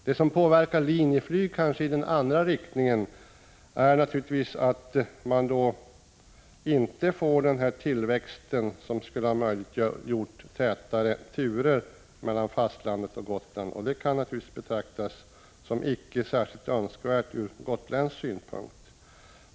Det som kanske i den andra riktningen påverkar Linjeflyg är att man inte får den tillväxt i underlaget som hade möjliggjort tätare turer mellan fastlandet och Gotland, och det kan naturligtvis betraktas som icke särskilt önskvärt från gotländsk synpunkt.